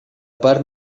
part